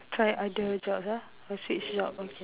try other jobs ah or switch jobs okay